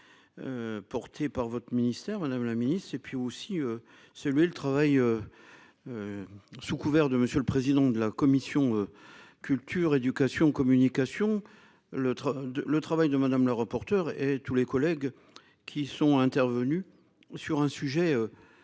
Portée par votre ministère, madame la Ministre et puis aussi celui le travail. Sous couvert de monsieur le président de la commission. Culture, éducation, communication le. Le travail de Madame le rapporteur et tous les collègues qui sont intervenus sur un sujet.